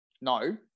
No